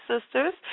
Sisters